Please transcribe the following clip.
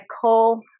call